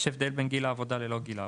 יש הבדל בין גיל העבודה ללא גיל העבודה.